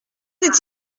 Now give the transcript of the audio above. n’est